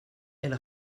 elle